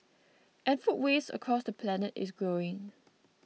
and food waste across the planet is growing